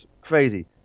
crazy